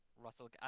Russell